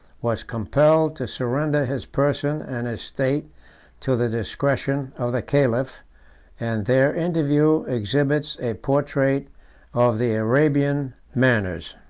was compelled to surrender his person and his state to the discretion of the caliph and their interview exhibits a portrait of the arabian manners.